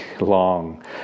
long